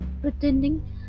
pretending